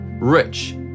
rich